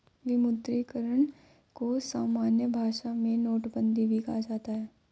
विमुद्रीकरण को सामान्य भाषा में नोटबन्दी भी कहा जाता है